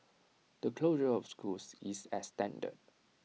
the closure of schools is extended